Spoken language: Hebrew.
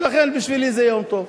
לכן בשבילי זה יום טוב.